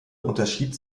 unterschied